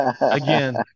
again